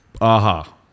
Aha